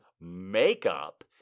makeup